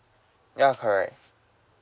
ya correct